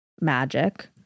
magic